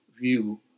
view